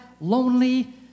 lonely